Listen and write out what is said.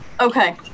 Okay